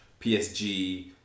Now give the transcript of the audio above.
PSG